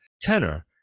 tenor